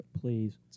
please